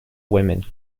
women